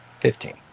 Fifteen